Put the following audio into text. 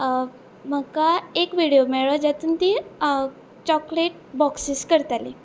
म्हाका एक विडियो मेळ्ळो जातून ती चॉकलेट बॉक्सीस करतालीं